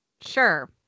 Sure